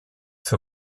für